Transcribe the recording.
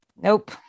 Nope